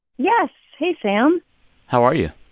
yes. hey, sam how are you?